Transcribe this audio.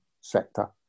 sector